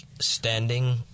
standing